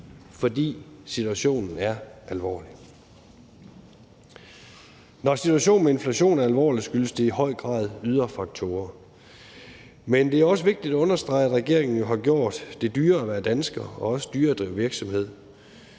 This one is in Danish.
fordi situationen er alvorlig. Når situationen med inflation er alvorlig, skyldes det i høj grad ydre faktorer, men det er også vigtigt at understrege, at regeringen jo har gjort det dyrere at være dansker og også dyrere at drive virksomhed.